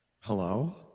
Hello